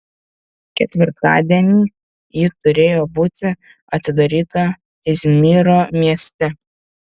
ketvirtadienį ji turėjo būti atidaryta izmyro mieste